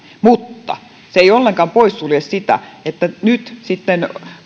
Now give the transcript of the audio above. mutta se ei ollenkaan poissulje sitä että te nyt sitten